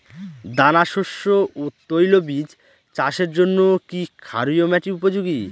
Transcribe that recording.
দানাশস্য ও তৈলবীজ চাষের জন্য কি ক্ষারকীয় মাটি উপযোগী?